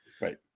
Right